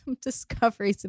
discoveries